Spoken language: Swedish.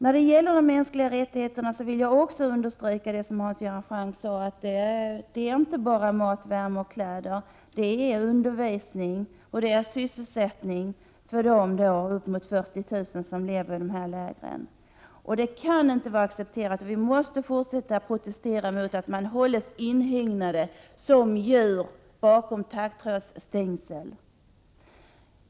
När det gäller de mänskliga rättigheterna vill jag också understryka det som Hans Göran Franck sade, nämligen att det inte bara handlar om mat, värme och kläder, utan det handlar även om undervisning och sysselsättning för de ca 40 000 människor som lever i dessa läger. Vi kan inte acceptera dessa förhållanden, utan vi måste från svensk sida fortsätta att protestera mot att dessa människor hålls inhägnade som djur bakom taggtrådsstängsel.